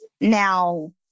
now